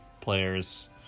players